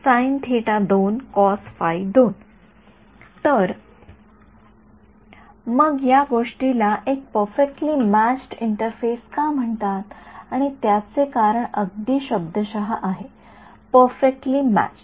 तर मग या गोष्टीला एक परफेक्टली म्यॅच्ड इंटरफेस का म्हणतात आणि त्याचे कारण अगदी शब्दशः आहे परफेक्टली म्यॅच्ड